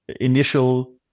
initial